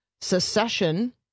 secession